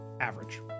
average